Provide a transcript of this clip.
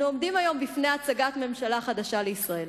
אנו עומדים היום בפני הצגת ממשלה חדשה לישראל,